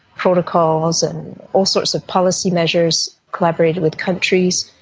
protocols and all sorts of policy measures, collaborated with countries.